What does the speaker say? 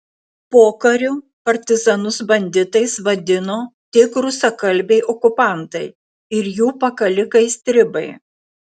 pokariu partizanus banditais vadino tik rusakalbiai okupantai ir jų pakalikai stribai